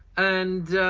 and